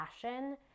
fashion